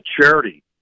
charity